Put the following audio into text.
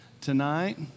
tonight